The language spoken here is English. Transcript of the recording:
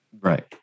Right